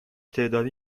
تعدادی